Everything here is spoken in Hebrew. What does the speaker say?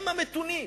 הם המתונים.